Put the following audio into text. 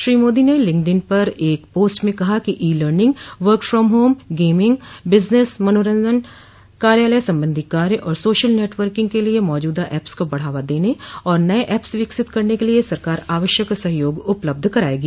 श्री मोदी ने LinkedIn पर एक पोस्ट में कहा कि e learning work from home gaming business मनोरंजन कार्यालय संबंधी कार्य और सोशल नेटवर्किंग के लिये मौजूदा ऐप्स को बढ़ावा देने और नये ऐप्स विकसित करने के लिये सरकार आवश्यक सहयोग उपलब्ध कराएगी